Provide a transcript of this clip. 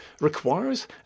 requires